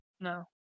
No